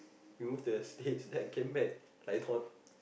we move to the states then came back like not